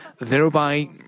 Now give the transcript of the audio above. thereby